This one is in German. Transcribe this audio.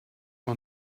war